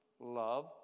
Love